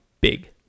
Big